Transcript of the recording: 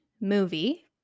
movie